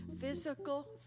physical